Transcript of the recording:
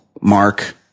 Mark